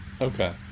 Okay